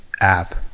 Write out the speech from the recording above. app